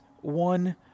one